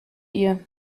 ihr